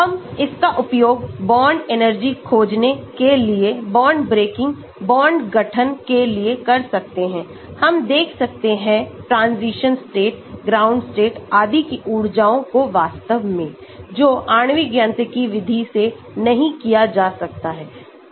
हम इसका उपयोग बॉन्ड एनर्जी खोजने के लिए बॉन्ड ब्रेकिंग बॉन्ड गठन के लिए कर सकते हैं हम देख सकते हैं ट्रांजिशन स्टेट ग्राउंड स्टेट आदि की ऊर्जाओं को वास्तव में जो आणविक यांत्रिकी विधि से नहीं किया जा सकता है